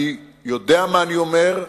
אני יודע מה אני אומר,